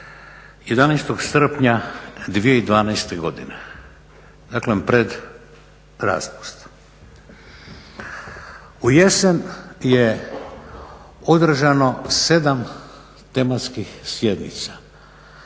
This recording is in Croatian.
11. srpnja 2012. godine dakle pred raspustom. U jesen je održano sedam tematskih sjednica,